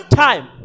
time